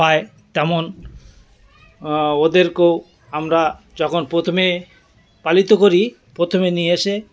পায় তেমন ওদেরকেও আমরা যখন প্রথমে পালিত করি প্রথমে নিয়ে এসে